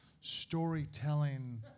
storytelling